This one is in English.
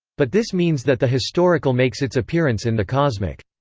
but this means that the historical makes its appearance in the cosmic.